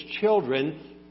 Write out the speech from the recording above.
children